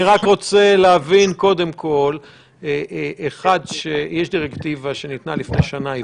אני רק רוצה להבין קודם כול שיש דירקטיבה שניתנה לפני שנה.